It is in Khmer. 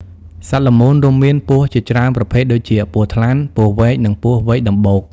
សត្វល្មូន រួមមាន ពស់ ជាច្រើនប្រភេទដូចជា ពស់ថ្លាន់ ពស់វែក និងពស់វែកដំបូក។